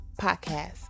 podcast